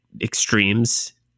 extremes